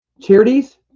charities